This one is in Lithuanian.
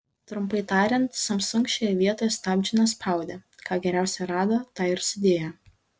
trumpai tariant samsung šioje vietoje stabdžių nespaudė ką geriausio rado tą ir sudėjo